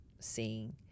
seeing